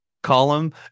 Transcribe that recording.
column